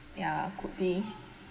ya could be